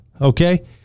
Okay